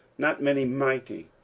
not many mighty,